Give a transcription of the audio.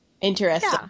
Interesting